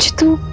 to